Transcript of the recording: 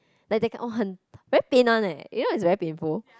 like they can orh 很 very pain one leh you know is very painful